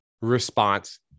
response